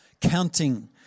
counting